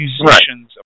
musicians